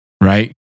right